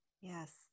yes